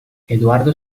eduardo